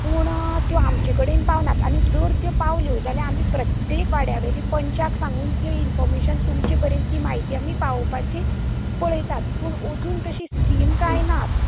पूण त्यो आमचे कडेन पावनात जर त्यो पावल्यो जाल्यार आमी प्रत्येक वाड्या वयली पंचाक सांगून तीं इंफोमेंन तुमचे पेरन तीं म्हयती पावयपाची पळतात पूण अजून तशीं स्किम तशीं कांय नात